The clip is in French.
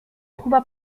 trouva